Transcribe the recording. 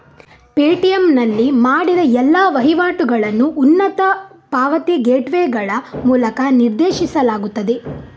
Paytm ನಲ್ಲಿ ಮಾಡಿದ ಎಲ್ಲಾ ವಹಿವಾಟುಗಳನ್ನು ಉನ್ನತ ಪಾವತಿ ಗೇಟ್ವೇಗಳ ಮೂಲಕ ನಿರ್ದೇಶಿಸಲಾಗುತ್ತದೆ